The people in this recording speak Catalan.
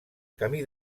camí